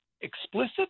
explicit